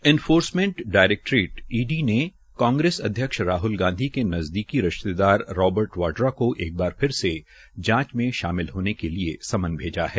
enforcement directorate ED ने कांग्रेस अध्यक्ष राहल गांधी के नज़दीक रिश्तेदार राबर्ट वाड्रा को एक बार फिर से जांच में शामिल होने के लिए समन भेजा है